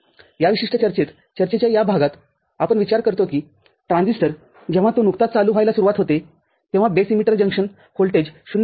या विशिष्ट चर्चेत चर्चेच्या या भागातआपण विचार करतो की ट्रांझिस्टर जेव्हा तो नुकताच चालू व्हायला सुरुवात होते तेव्हा बेस इमिटर जंक्शन व्होल्टेज ०